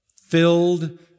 filled